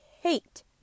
hate